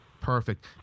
Perfect